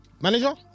manager